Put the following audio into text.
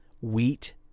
wheat